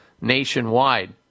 nationwide